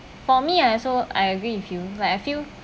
for me I also I agree with you like I feel